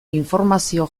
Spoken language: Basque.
informazio